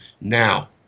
Now